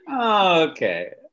Okay